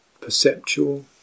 perceptual